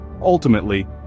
ultimately